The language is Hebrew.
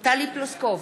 טלי פלוסקוב,